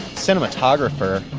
cinematographer,